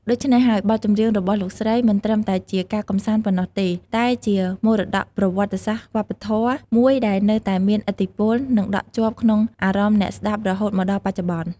ដូច្នេះហើយ បទចម្រៀងរបស់លោកស្រីមិនត្រឹមតែជាការកម្សាន្តប៉ុណ្ណោះទេ តែជា មរតកប្រវត្តិសាស្ត្រវប្បធម៌ មួយដែលនៅតែមានឥទ្ធិពល និងដក់ជាប់ក្នុងអារម្មណ៍អ្នកស្តាប់រហូតមកដល់បច្ចុប្បន្ន។